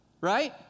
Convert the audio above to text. right